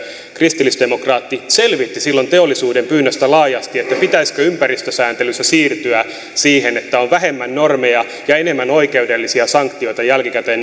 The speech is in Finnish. kristillisdemokraatti selvitti silloin teollisuuden pyynnöstä laajasti pitäisikö ympäristösääntelyssä siirtyä siihen että on vähemmän normeja ja enemmän oikeudellisia sanktioita jälkikäteen